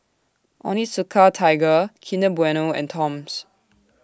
Onitsuka Tiger Kinder Bueno and Toms